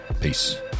Peace